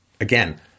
Again